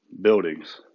buildings